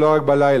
ולא רק בלילה.